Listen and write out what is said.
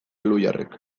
elhuyarrek